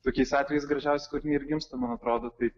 tokiais atvejais gražiausi kūriniai ir gimsta man atrodo taip